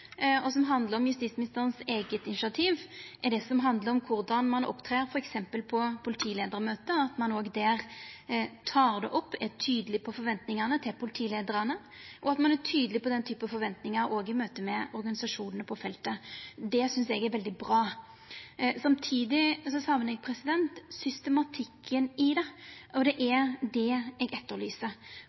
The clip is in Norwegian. og som handla om justisministerens eige initiativ, var det som handla om korleis ein opptrer f.eks. på politileiarmøte – at ein òg der tek det opp, er tydeleg når det gjeld forventningane til politileiarane og er tydeleg når det gjeld den typen forventningar òg i møte med organisasjonane på feltet. Det synest eg er veldig bra. Samtidig saknar eg systematikken i det, og det er det eg etterlyser,